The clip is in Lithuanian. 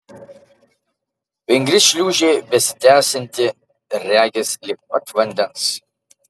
vingri šliūžė besitęsianti regis lig pat vandens